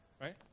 right